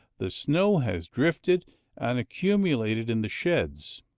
the snow has drifted and accumulated in the sheds,